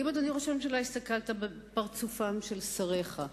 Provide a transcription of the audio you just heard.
האם, אדוני ראש הממשלה, הסתכלת בפרצופיהם של שריך?